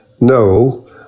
No